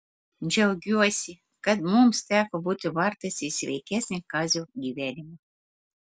džiaugiuosi kad mums teko būti vartais į sveikesnį kazio gyvenimą